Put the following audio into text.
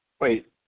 Wait